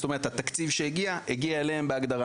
זאת אומרת, בהגדרה, התקציב שהגיע הגיע אליהן.